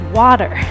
water